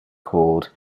called